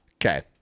Okay